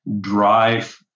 drive